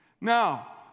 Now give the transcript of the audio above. Now